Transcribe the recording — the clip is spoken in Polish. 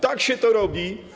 Tak się to robi.